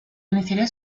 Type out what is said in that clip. iniciaría